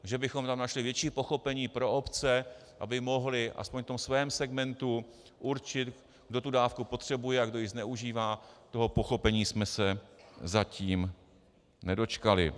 Že bychom tam našli větší pochopení pro obce, aby mohly aspoň v tom svém segmentu určit, kdo tu dávku potřebuje a kdo ji zneužívá, toho pochopení jsme se zatím nedočkali.